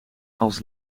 als